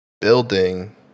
building